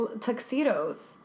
Tuxedo's